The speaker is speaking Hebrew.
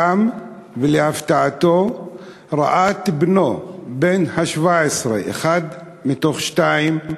קם, ולהפתעתו ראה את בנו בן ה-17, אחד מתוך שניים,